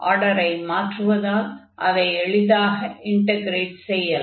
ஆர்டரை மாற்றுவதால் அதை எளிதாக இன்டக்ரேட் செய்யலாம்